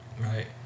Right